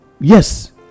Yes